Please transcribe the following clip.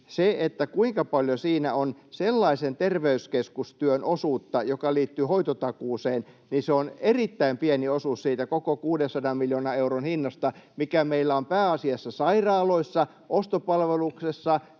on sellaisen terveyskeskustyön osuutta, joka liittyy hoitotakuuseen, niin se on erittäin pieni osuus siitä koko 600 miljoonan euron hinnasta, mikä meillä on pääasiassa sairaaloissa ostopalveluksessa